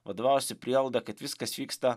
vadovavosi prielaida kad viskas vyksta